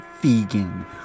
vegan